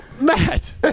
Matt